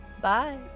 Bye